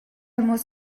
muss